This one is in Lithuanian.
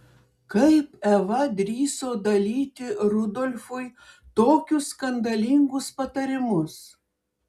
kaip eva drįso dalyti rudolfui tokius skandalingus patarimus